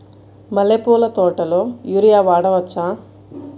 మల్లె పూల తోటలో యూరియా వాడవచ్చా?